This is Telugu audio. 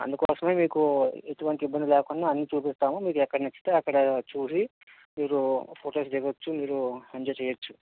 అందుకోసమే మీకు ఎటువంటి ఇబ్బంది లేకుండా అన్నీ చూపిస్తాము మీరు ఎక్కడ నచ్చితే అక్కడ చూసి మీరు ఫోటోస్ దిగొచ్చు మీరు ఎంజాయ్ చేయచ్చు